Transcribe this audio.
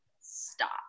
Stop